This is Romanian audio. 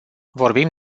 vorbim